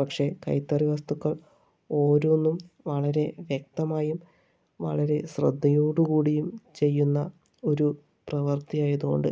പക്ഷെ കൈത്തറി വസ്തുക്കൾ ഓരോന്നും വളരെ വ്യക്തമായും വളരെ ശ്രദ്ധയോട് കൂടിയും ചെയ്യുന്ന ഒരു പ്രവർത്തി ആയതുകൊണ്ട്